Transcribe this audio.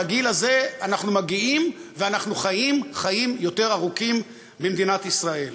לגיל הזה אנחנו מגיעים ואנחנו חיים חיים יותר ארוכים במדינת ישראל,